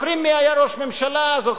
זוכרים מי היה ראש ממשלה אז?